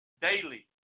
daily